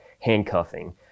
handcuffing